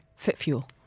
FitFuel